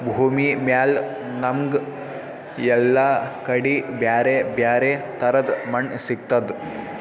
ಭೂಮಿಮ್ಯಾಲ್ ನಮ್ಗ್ ಎಲ್ಲಾ ಕಡಿ ಬ್ಯಾರೆ ಬ್ಯಾರೆ ತರದ್ ಮಣ್ಣ್ ಸಿಗ್ತದ್